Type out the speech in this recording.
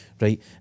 right